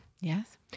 Yes